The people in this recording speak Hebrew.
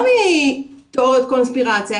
לא מתיאוריות קונספירציה,